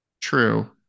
True